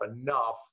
enough